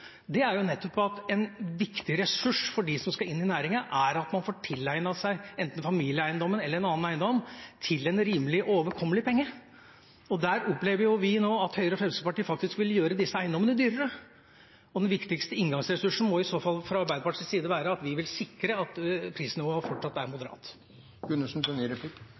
er at en viktig ressurs for dem som skal inn i næringen, er at man får tilegnet seg enten familieeiendommen eller en annen eiendom til en rimelig overkommelig penge. Der opplever vi jo nå at Høyre og Fremskrittspartiet faktisk vil gjøre disse eiendommene dyrere. Og den viktigste inngangsressursen må i så fall fra Arbeiderpartiets side være at vi vil sikre at prisnivået fortsatt er moderat.